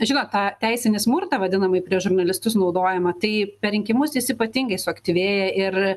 žinot tą teisinį smurtą vadinamąjį prieš žurnalistus naudojamą tai per rinkimus jis ypatingai suaktyvėja ir